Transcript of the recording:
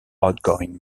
outgoing